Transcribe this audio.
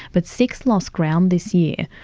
but six lost ground this year.